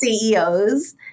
CEOs